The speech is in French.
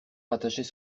rattachait